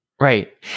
right